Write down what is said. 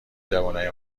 جوونای